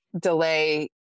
delay